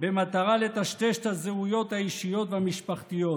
במטרה לטשטש את הזהויות האישיות והמשפחתיות.